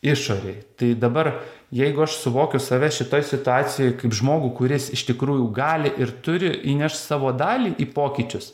išorėj tai dabar jeigu aš suvokiu save šitoj situacijoj kaip žmogų kuris iš tikrųjų gali ir turi įnešt savo dalį į pokyčius